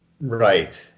Right